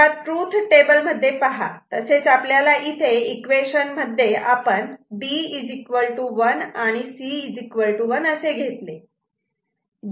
तेव्हा truth table मध्ये पहा तसेच आपल्याला इक्वेशन मध्ये B 1 C 1 असे घेतले